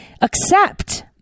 accept